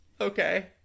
Okay